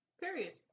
Period